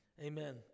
Amen